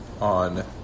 on